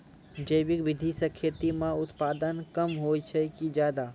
जैविक विधि से खेती म उत्पादन कम होय छै कि ज्यादा?